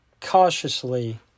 Cautiously